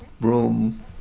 room